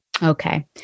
Okay